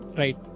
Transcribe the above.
right